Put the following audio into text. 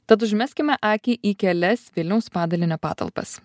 tad užmeskime akį į kelias vilniaus padalinio patalpas